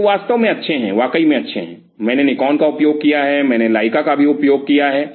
वह वास्तव में अच्छे हैं वाकई में अच्छे हैं मैंने निकॉन का उपयोग किया है मैंने लेईका का भी उपयोग किया है